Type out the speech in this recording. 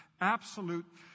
absolute